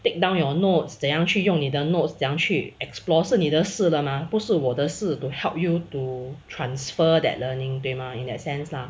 take down your notes 怎样去用你的 notes 怎样去 explore 是你的事了吗不是我的事 to help you to transfer that learning 对吗 in that sense lah